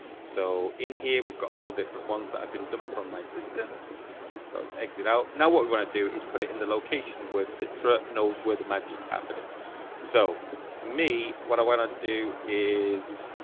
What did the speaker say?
so in here we've got all different ones that have been dumped from my system so it's exit out now what we want to do is put it in the location where citric knows where the magics happening so me what i want to do is